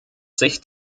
sicht